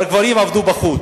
והגברים עבדו בחוץ.